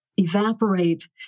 evaporate